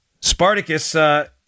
Spartacus